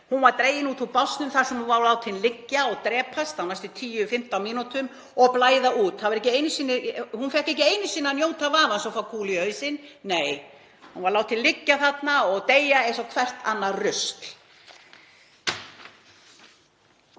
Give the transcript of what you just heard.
hún var dregin út úr básnum þar sem hún var látin liggja og drepast á næstu 10–15 mínútum og blæða út. Hún fékk ekki einu sinni að njóta vafans og fá kúlu í hausinn. Nei, hún var látin liggja þarna og deyja eins og hvert annað rusl.